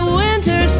winter